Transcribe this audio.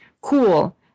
cool